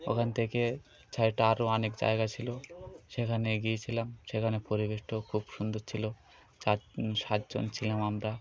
ওখান থেকে আরও অনেক জায়গা ছিল সেখানে গিয়েছিলাম সেখানে পরিবেশটাও খুব সুন্দর ছিল চার সাতজন ছিলাম আমরা